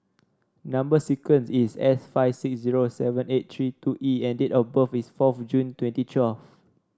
number sequence is S five six zero seven eight three two E and date of birth is fourth June twenty twelve